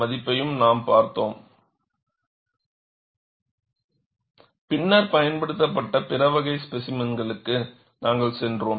மதிப்பையும் நாம் பார்த்துள்ளோம் பின்னர் பயன்படுத்தப்பட்ட பிற வகை ஸ்பேசிமென்களுக்கு நாங்கள் சென்றோம்